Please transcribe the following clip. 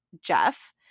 jeff